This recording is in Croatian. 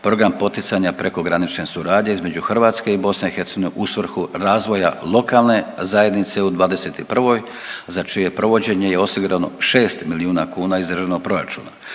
program poticanja prekogranične suradnje između Hrvatske i BiH u svrhu razvoja lokalne zajednice u 2021. za čije je provođenje osigurano 6 milijuna kuna iz državnog proračuna.